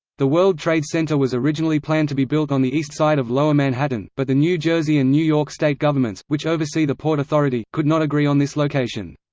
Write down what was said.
the world trade center was originally planned to be built on the east side of lower manhattan, but the new jersey and new york state governments, which oversee the port authority, could not agree on this location.